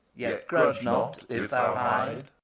yet grudge not if thou hide.